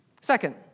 Second